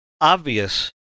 obvious